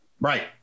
Right